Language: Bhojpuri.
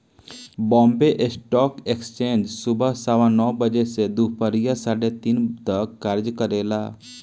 बॉम्बे स्टॉक एक्सचेंज सुबह सवा नौ बजे से दूपहरिया साढ़े तीन तक कार्य करेला